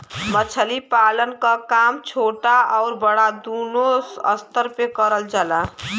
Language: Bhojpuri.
मछली पालन क काम छोटा आउर बड़ा दूनो स्तर पे करल जाला